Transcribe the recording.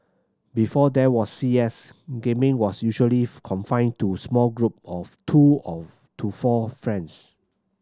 before there was C S gaming was usually confined to small group of two of to four friends